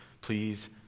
please